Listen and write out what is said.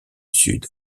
sud